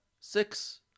six